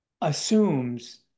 assumes